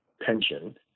pension